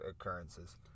occurrences